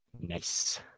Nice